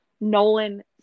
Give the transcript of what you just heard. Nolan